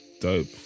Dope